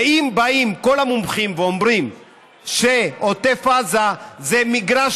ואם באים כל המומחים ואומרים שעוטף עזה זה מגרש